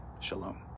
shalom